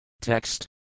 Text